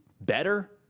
better